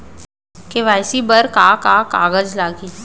KYC बर का का कागज लागही?